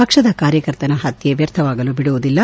ಪಕ್ಷದ ಕಾರ್ಯಕರ್ತನ ಹತ್ಕೆ ವ್ಯರ್ಥವಾಗಲು ಬಿಡುವುದಿಲ್ಲ